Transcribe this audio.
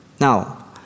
Now